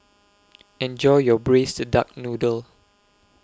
Enjoy your Braised Duck Noodle